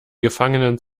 gefangenen